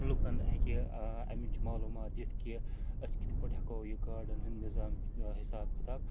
لُکَن ہیٚکہِ اَمِچ معلوٗمات دِتھ کہِ أسۍ کِتھٕ پٲٹھۍ ہیٚکو یہِ گاڈَن ہُنٛد نِظام حِساب کِتاب